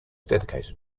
dedicated